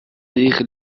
zeer